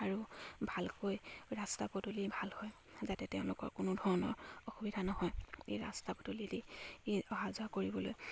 আৰু ভালকৈ ৰাস্তা পদূলি ভাল হয় যাতে তেওঁলোকৰ কোনো ধৰণৰ অসুবিধা নহয় এই ৰাস্তা পদূলিয়েদি অহা যোৱা কৰিবলৈ